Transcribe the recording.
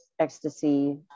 ecstasy